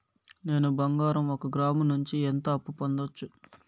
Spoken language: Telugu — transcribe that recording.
నేను బంగారం ఒక గ్రాము నుంచి ఎంత అప్పు పొందొచ్చు